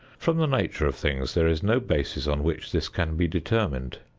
from the nature of things, there is no basis on which this can be determined.